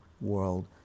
world